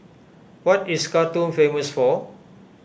what is Khartoum famous for